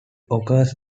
occurs